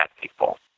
People